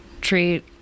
treat